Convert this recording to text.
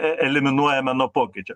eliminuojame nuo pokyčio